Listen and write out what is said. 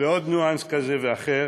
ועוד ניואנס כזה ואחר,